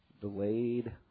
delayed